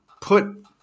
put